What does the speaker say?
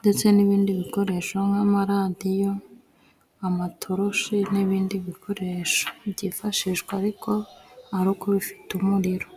ndetse n'ibindi bikoresho nk'amaradiyo, amatoroshi n'ibindi bikoresho byifashishwa ari uko bifite umuriro.